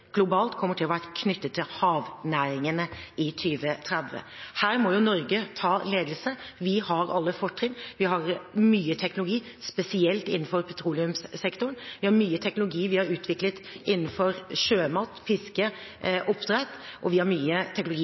globalt kommer til å være knyttet til havnæringene i 2030. Her må Norge ta ledelse. Vi har alle fortrinn, vi har mye teknologi spesielt innenfor petroleumssektoren, vi har mye teknologi vi har utviklet innenfor sjømat, fiske og oppdrett, og vi har mye teknologi